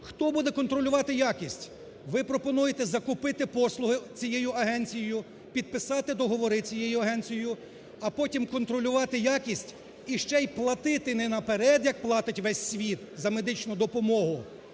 Хто буде контролювати якість? Ви пропонуєте закупити послуги цією агенцією, підписати договори цією агенцією, а потім контролювати якість і ще й платити не наперед, як платить весь світ за медичну допомогу,